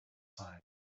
side